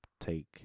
take –